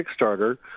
Kickstarter